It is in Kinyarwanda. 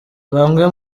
bamwe